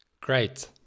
Great